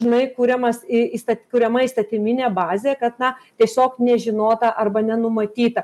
žinai kuriamas į įstat kuriama įstatyminė bazė kad na tiesiog nežinota arba nenumatyta